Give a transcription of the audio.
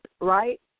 right